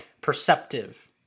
perceptive